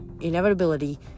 inevitability